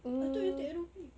I thought you take aerobic